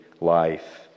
life